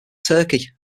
turkey